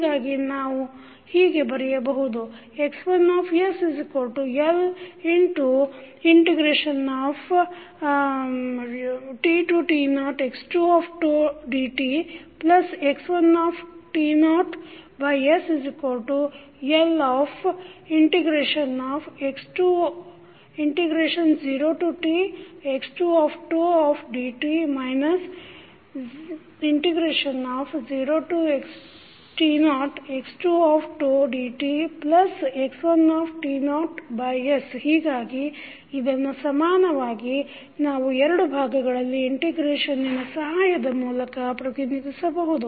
ಹೀಗಾಗಿ ನಾವು ಹೀಗೆ ಬರೆಯಬಹುದು X1sLt0tx2dτx1sL0tx2dτ 0t0x2dτx1s ಹೀಗಾಗಿ ಇದನ್ನು ಸಮಾನವಾಗಿ ನಾವು ಎರಡು ಭಾಗಗಳಲ್ಲಿ ಇಂಟಿಗ್ರೇಷನ್ನಿನ ಸಹಾಯದ ಮೂಲಕ ಪ್ರತಿನಿಧಿಸಬಹುದು